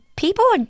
People